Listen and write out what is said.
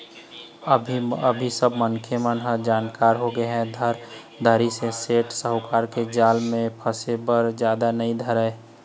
अभी सब मनखे मन ह जानकार होय बर धरिस ऐ सेठ साहूकार के जाल म फसे बर जादा नइ धरय